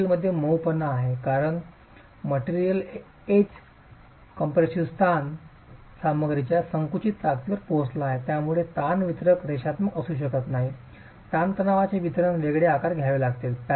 मटेरियलमध्ये मऊपणा आहे कारण मटेरियल एज कॉम्प्रेशिव्ह ताण सामग्रीच्या संकुचित ताकदीवर पोहोचला आहे ज्यामुळे ताण वितरण रेषात्मक असू शकत नाही ताणतणावाचे वितरण वेगळे आकार घ्यावे लागेल